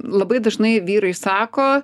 labai dažnai vyrai sako